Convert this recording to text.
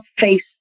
face